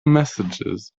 messages